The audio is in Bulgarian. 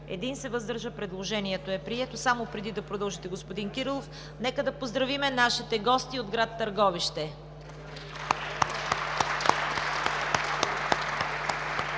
14, въздържал се 1. Предложението е прието. Преди да продължите, господин Кирилов, нека да поздравим нашите гости от гр. Търговище.